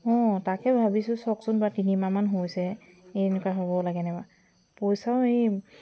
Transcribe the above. অঁ তাকে ভাবিছোঁ চাওকচোন বাৰু তিনিমাহ মান হৈছেহে এনেকুৱা হ'ব লাগেনে বাৰু পইচাও এই